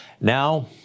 Now